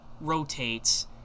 rotates